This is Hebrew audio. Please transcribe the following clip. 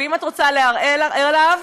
ואם את רוצה לערער עליו,